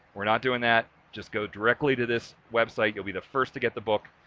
we're not doing that, just go directly to this web site. you'll be the first to get the book,